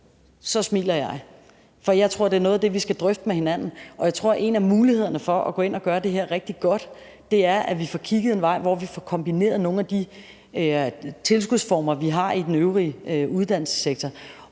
så smiler jeg, for jeg tror, det er noget af det, vi skal drøfte med hinanden, og jeg tror, at en af mulighederne for at gå ind og gøre det her rigtig godt, er, at vi får kigget en vej, hvor vi får kombineret nogle af de tilskudsformer, vi har i den øvrige uddannelsessektor.